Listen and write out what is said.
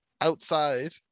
outside